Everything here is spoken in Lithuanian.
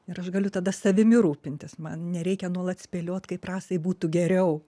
ir aš galiu tada savimi rūpintis man nereikia nuolat spėliot kaip rasai būtų geriau